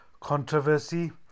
controversy